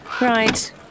Right